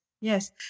yes